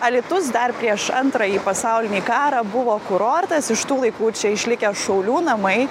alytus dar prieš antrąjį pasaulinį karą buvo kurortas iš tų laikų čia išlikę šaulių namai